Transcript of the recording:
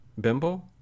bimbo